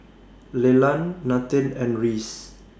Leland Nathen and Reese